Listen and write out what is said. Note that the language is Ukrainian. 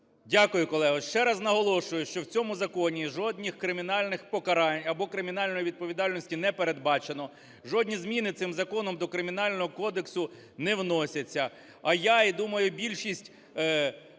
Дякую, колего. Ще раз наголошую, що в цьому законі жодних кримінальних покарань або кримінальної відповідальності не передбачено, жодні зміни цим законом до Кримінального кодексу не вносяться. А я і, думаю, більшість